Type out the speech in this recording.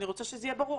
אני רוצה שזה יהיה ברור.